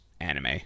anime